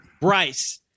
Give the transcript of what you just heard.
Bryce